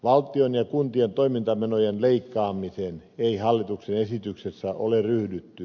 valtion ja kuntien toimintamenojen leikkaamiseen ei hallituksen esityksessä ole ryhdytty